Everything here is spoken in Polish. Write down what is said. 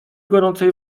gorącej